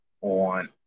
on